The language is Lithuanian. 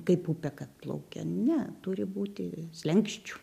kaip upė kad plaukia ne turi būti slenksčių